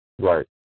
Right